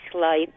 life